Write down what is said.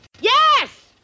Yes